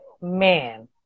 man